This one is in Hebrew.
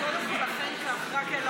קודם כול, אכן כך.